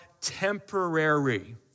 temporary